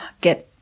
get